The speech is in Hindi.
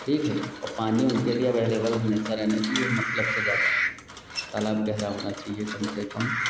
ठीक है और पानी उनके लिए अवेलेबल होना हमेशा रहना चाहिए मतलब से ज़्यादा तालाब गहरा होना चाहिए कम से कम